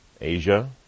Asia